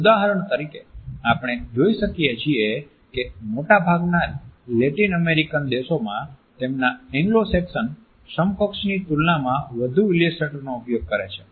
ઉદાહરણ તરીકે આપણે જોઈ શકીએ છીએ કે મોટાભાગના લેટિન અમેરિકન દેશોમાં તેમના એંગ્લો સેક્સન સમકક્ષની તુલનામાં વધુ ઈલ્યુસ્ટ્રેટરનો ઉપયોગ કરે છે